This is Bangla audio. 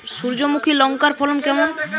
সূর্যমুখী লঙ্কার ফলন কেমন?